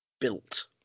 built